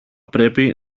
πρέπει